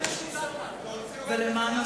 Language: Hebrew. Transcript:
למה?